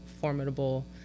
formidable